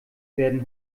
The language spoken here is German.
werden